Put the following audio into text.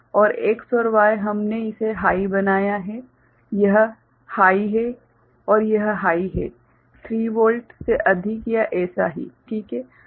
और X और Y हमने इसे हाइ बनाया है यह हाइ है और यह हाइ है 3 वोल्ट से अधिक या एसा ही ठीक है